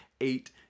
eight